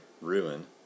Ruin